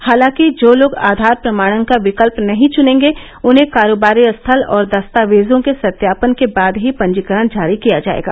हालांकि जो लोग आधार प्रमाणन का विकल्प नहीं चुनेंगे उन्हें कारोबारी स्थल और दस्तावेजों के सत्यापन के बाद ही पंजीकरण जारी किया जाएगा